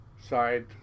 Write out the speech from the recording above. side